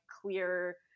clear